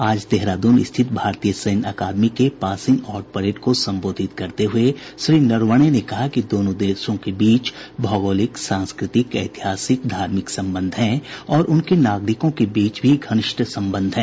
आज देहराद्रन स्थित भारतीय सैन्य अकादमी के पासिंग आउट परेड को संबोधित करते हये श्री नरवणे ने कहा कि दोनों देशों के बीच भौगोलिक सांस्कृतिक ऐतिहासिक धार्मिक संबंध हैं और उनके नागरिकों के बीच भी घनिष्ठ संबंध हैं